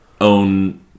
own